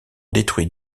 détruits